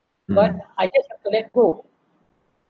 but I just have to let go